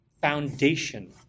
foundation